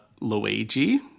Luigi